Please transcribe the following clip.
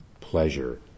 pleasure